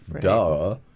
duh